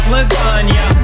Lasagna